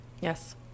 Yes